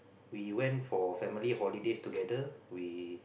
we went for family holidays together we